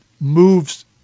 moves